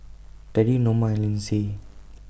Terry Noma and Lindsey